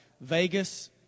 Vegas